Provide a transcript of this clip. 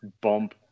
bump